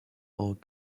are